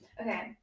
Okay